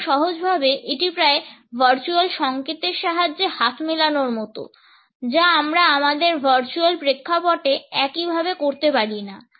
এবং সহজভাবে এটি প্রায় ভার্চুয়াল সংকেত এর সাহায্যে হাত মেলানোর মতো যা আমরা আমাদের ভার্চুয়াল প্রেক্ষাপটে একইভাবে করতে পারিনা